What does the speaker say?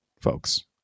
folks